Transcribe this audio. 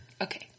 Okay